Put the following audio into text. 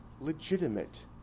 legitimate